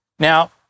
Now